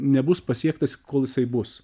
nebus pasiektas kol jisai bus